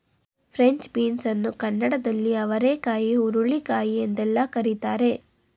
French beans ಅನ್ನು ಕನ್ನಡದಲ್ಲಿ ಅವರೆಕಾಯಿ ಹುರುಳಿಕಾಯಿ ಎಂದೆಲ್ಲ ಕರಿತಾರೆ